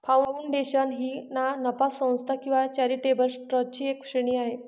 foundation ही ना नफा संस्था किंवा चॅरिटेबल ट्रस्टची एक श्रेणी आहे